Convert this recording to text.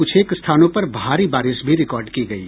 कुछेक स्थानों पर भारी बारिश भी रिकॉर्ड की गयी